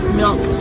milk